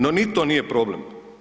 No ni to nije problem.